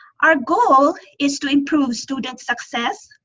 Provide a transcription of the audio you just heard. our goal is to improve student success,